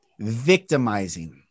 victimizing